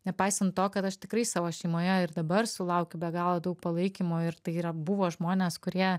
nepaisant to kad aš tikrai savo šeimoje ir dabar sulaukiu be galo daug palaikymo ir tai yra buvo žmonės kurie